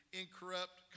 incorrupt